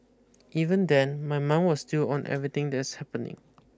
even then my mind was still on everything that's happening